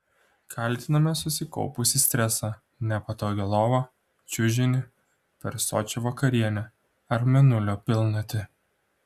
kaltiname susikaupusį stresą nepatogią lovą čiužinį per sočią vakarienę ar mėnulio pilnatį